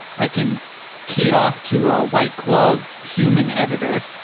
i can key it off to a white glove human editor.